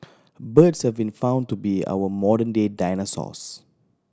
birds have been found to be our modern day dinosaurs